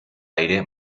aire